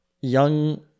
young